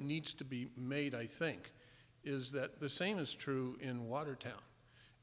needs to be made i think is that the same is true in watertown